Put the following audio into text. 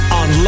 on